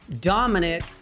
Dominic